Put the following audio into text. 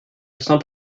sans